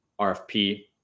RFP